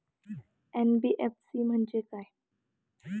NBFC म्हणजे काय?